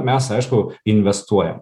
mes aišku investuojam